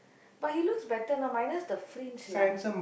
but he looks better now minus the fringe lah